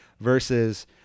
versus